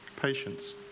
Patience